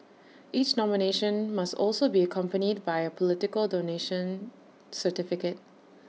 each nomination must also be accompanied by A political donation certificate